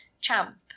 champ